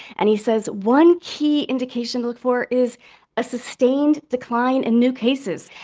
and he says one key indication to look for is a sustained decline in new cases.